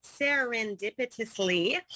serendipitously